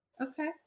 Okay